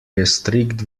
gestrickt